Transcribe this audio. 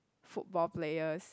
football players